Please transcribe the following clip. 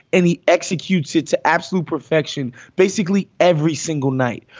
any executes its absolute perfection basically every single night.